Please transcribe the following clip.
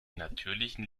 natürlichen